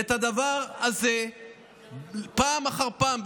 והדבר הזה פעם אחר פעם,